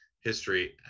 history